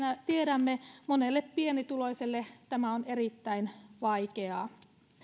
tiedämme monelle pienituloiselle tämä on erittäin vaikeaa